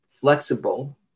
flexible